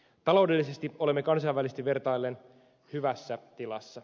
taloudellisesti olemme kansainvälisesti vertaillen hyvässä tilassa